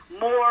more